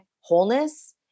wholeness